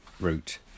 route